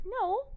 No